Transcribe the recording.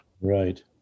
Right